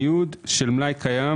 ניוד של מלאי קיים